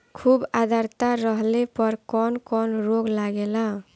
खुब आद्रता रहले पर कौन कौन रोग लागेला?